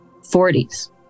40s